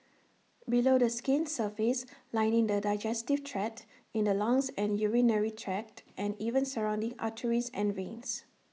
below the skin's surface lining the digestive tract in the lungs and urinary tract and even surrounding arteries and veins